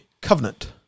Covenant